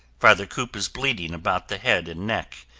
father kopp is bleeding about the head and neck,